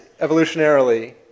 evolutionarily